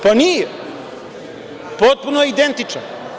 Pa nije, potpuno je identičan.